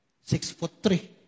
Six-foot-three